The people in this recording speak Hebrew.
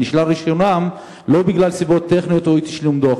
נשלל רשיונם לא בגלל סיבות טכניות או אי-תשלום דוח,